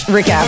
Rick